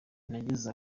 nageze